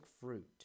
fruit